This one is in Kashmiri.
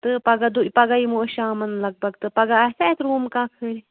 تہٕ پگہہ دۄہ پگہہ یِمو أسۍ شامَن لگ بگ تہٕ پگہہ آسیٚہ اسہِ روٗم کانٛہہ خٲلی